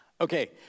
Okay